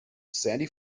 sandy